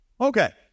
Okay